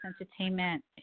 Entertainment